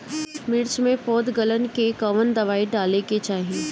मिर्च मे पौध गलन के कवन दवाई डाले के चाही?